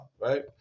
right